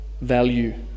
value